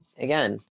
again